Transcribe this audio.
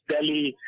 Delhi